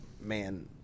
man